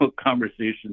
conversation